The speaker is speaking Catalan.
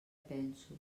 penso